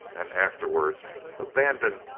and afterwards abandoned,